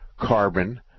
Carbon